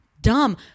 dumb